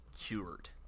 cured